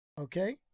Okay